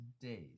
days